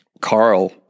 Carl